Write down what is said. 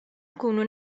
nkunu